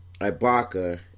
Ibaka